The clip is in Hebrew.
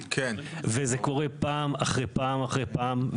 וזה קורה פעם אחרי פעם אחרי פעם.